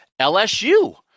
LSU